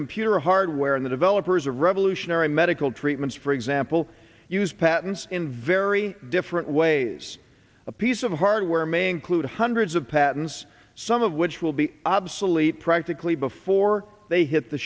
computer hardware in the developers of revolutionary medical treatments for example use patents in very different ways a piece of hardware may include hundreds of patents some of which will be obsolete practically before they hit the